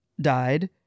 died